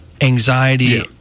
anxiety